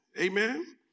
Amen